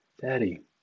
Daddy